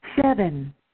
Seven